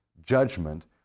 judgment